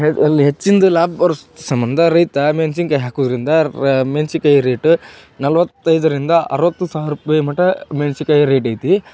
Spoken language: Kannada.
ಅಲ್ಲಿ ಹೆಚ್ಚಿನ್ದು ಲಾಭ ಬರೋ ಸಂಬಂಧ ರೈತ ಮೆಣ್ಸಿನಕಾಯಿ ಹಾಕೋದರಿಂದ ರ ಮೆಣ್ಸಿನ್ಕಾಯಿ ರೇಟ ನಲ್ವತ್ತೈದರಿಂದ ಅರ್ವತ್ತು ಸಾವಿರ ರೂಪಾಯಿ ಮಟ ಮೆಣ್ಸಿನ್ಕಾಯಿ ರೇಟ್ ಐತಿ